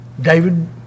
David